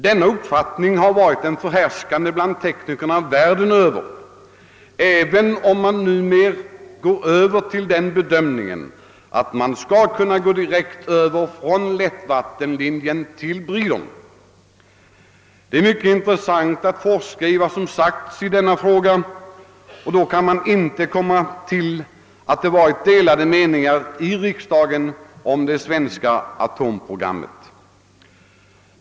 Denna uppfattning har också varit den förhärskande bland teknikerna världen över även om man mer och mer börjar bedöma saken så att det är möjligt att gå direkt över från lättvattenlinjen till breedern. Det är mycket intressant att forska i vad som sagts i denna fråga, och då kan man inte komma till det resultatet att det varit delade meningar i riksdagen om det svenska atomprogrammet.